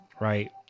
right